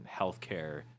healthcare